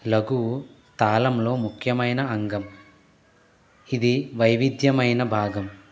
లఘువు తాళంలో ముఖ్యమైన అంగం ఇది వైవిధ్యమైన భాగం